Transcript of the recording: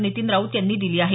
नितीन राऊत यांनी दिली आहे